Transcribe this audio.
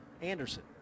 Anderson